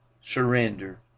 surrender